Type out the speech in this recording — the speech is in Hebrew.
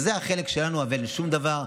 זה החלק שלנו, אבל אין שום דבר.